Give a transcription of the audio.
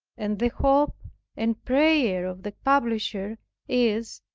and the hope and prayer of the publisher is,